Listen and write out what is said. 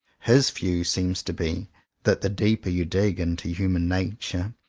his view seems to be that the deeper you dig into human nature,